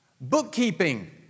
Bookkeeping